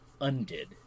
undid